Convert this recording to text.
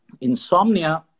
Insomnia